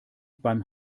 beim